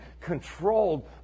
controlled